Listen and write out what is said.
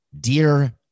dear